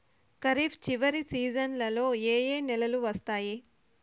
ఖరీఫ్ చివరి సీజన్లలో ఏ ఏ నెలలు వస్తాయి